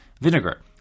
vinegar